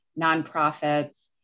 nonprofits